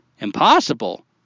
Impossible